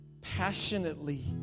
passionately